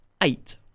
Eight